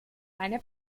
eine